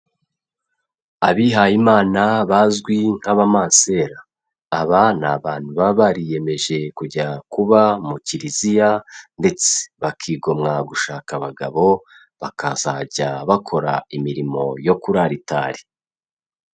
Abihayimana bazwi nk'abamansera, aba ni abantu baba bariyemeje kujya kuba mu kiriziya ndetse bakigomwa gushaka abagabo, bakazajya bakora imirimo yo kuri aritari.